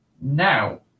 Now